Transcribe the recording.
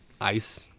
ice